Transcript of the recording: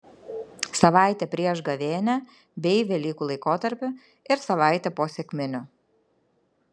savaitę prieš gavėnią bei velykų laikotarpį ir savaitę po sekminių